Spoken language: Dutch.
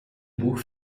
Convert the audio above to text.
boeg